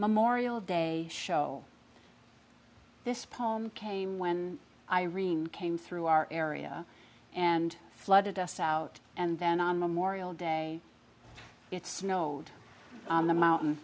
memorial day show this poem came when irene came through our area and flooded us out and then on memorial day it snowed the mountain